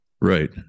Right